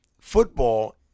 football